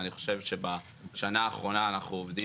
אני חושב שבשנה האחרונה אנחנו עובדים